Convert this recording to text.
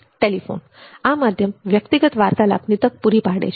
telephone આ માધ્યમ વ્યક્તિગત વાર્તાલાપની તક પૂરી પાડે છે